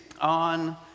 on